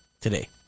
today